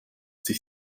sich